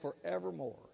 forevermore